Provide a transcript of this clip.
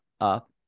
up